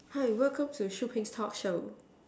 hi welcome to Shu-Ping's talk show